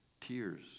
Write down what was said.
tears